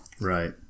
Right